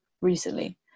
recently